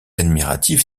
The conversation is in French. admiratif